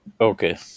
Okay